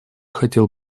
хотел